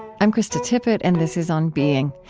i'm krista tippett, and this is on being.